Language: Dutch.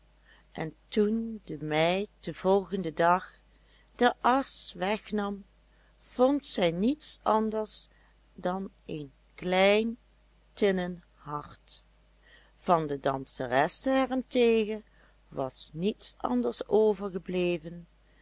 en toen de meid den volgenden dag de asch wegnam vond zij niets anders dan een klein tinnen hart van de danseres daarentegen was niets anders overgebleven